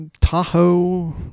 tahoe